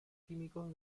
químicos